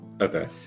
Okay